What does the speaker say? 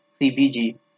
CBG